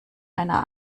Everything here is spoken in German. einer